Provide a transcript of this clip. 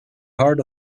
heart